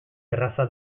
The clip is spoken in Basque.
erraza